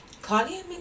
Claudia